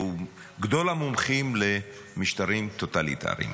והוא גדול המומחים למשטרים טוטליטריים.